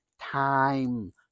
time